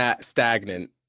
stagnant